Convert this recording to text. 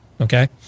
Okay